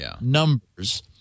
numbers